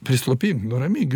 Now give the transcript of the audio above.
prislopink nuramink